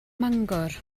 mangor